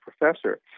professor